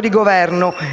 di Governo che,